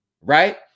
right